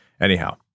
Anyhow